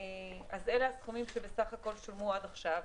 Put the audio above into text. אלה הסכומים שבסך הכל שולמו עד עכשיו.